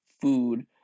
food